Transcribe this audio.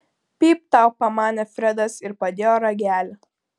pypt tau pamanė fredas ir padėjo ragelį